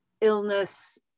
illness